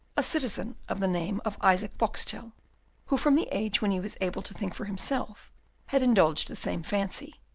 a citizen of the name of isaac boxtel who from the age when he was able to think for himself had indulged the same fancy,